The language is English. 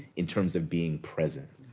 in terms of being present.